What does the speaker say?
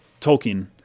Tolkien